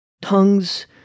tongues